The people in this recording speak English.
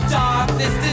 darkness